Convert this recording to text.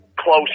Close